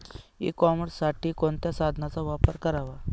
E कॉमर्ससाठी कोणत्या साधनांचा वापर करावा?